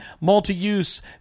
multi-use